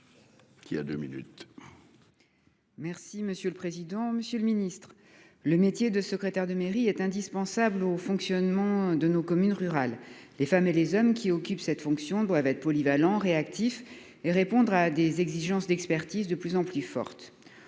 de la fonction publiques. Monsieur le ministre, le métier de secrétaire de mairie est indispensable au fonctionnement de nos communes rurales. Les femmes et les hommes qui occupent cette fonction doivent être polyvalents, réactifs et répondre à des exigences d'expertise de plus en plus fortes.